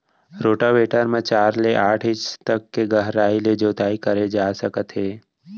rotavator म चार ले आठ इंच तक के गहराई ले जोताई करे जा सकत हे